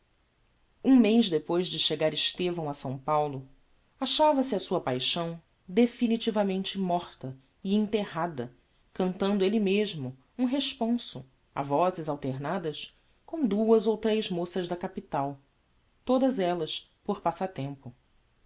um mez depois de chegar estevão a s paulo achava-se a sua paixão definitivamente morta e enterrada cantando elle mesmo um responso a vozes alternadas com duas ou tres moças da capital todas ellas por